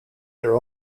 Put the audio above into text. their